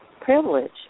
privilege